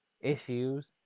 issues